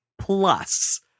Plus